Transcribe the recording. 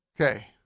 Okay